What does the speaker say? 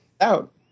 out